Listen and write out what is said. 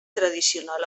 tradicional